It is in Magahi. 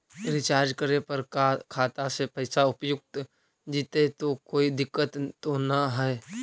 रीचार्ज करे पर का खाता से पैसा उपयुक्त जितै तो कोई दिक्कत तो ना है?